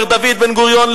אומר דוד בן-גוריון,